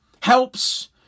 helps